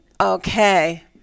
Okay